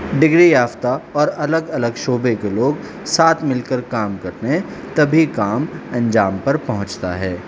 degree یافتہ اور الگ الگ شعبے کے لوگ ساتھ مل کر کام کرتے ہیں تبھی کام انجام پر پہنچتا ہے